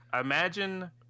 Imagine